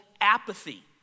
apathy